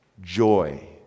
joy